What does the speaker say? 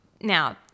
Now